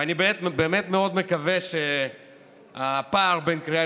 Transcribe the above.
אני באמת מאוד מקווה שהפער בין הקריאה